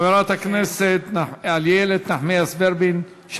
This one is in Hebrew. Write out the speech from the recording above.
חברת הכנסת איילת נחמיאס ורבין,